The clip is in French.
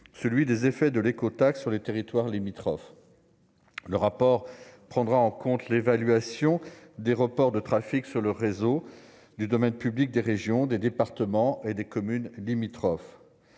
celui des effets de l'écotaxe sur les territoires limitrophes. Le rapport prendra en compte l'évaluation des reports de trafic sur le réseau du domaine public des régions, des départements et des communes limitrophes.